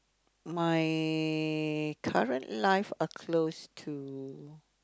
my current life are close to